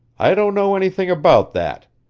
i don't know anything about that.